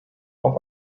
auf